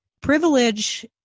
privilege